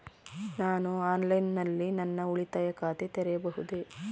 ನಾನು ಆನ್ಲೈನ್ ನಲ್ಲಿ ನನ್ನ ಉಳಿತಾಯ ಖಾತೆ ತೆರೆಯಬಹುದೇ?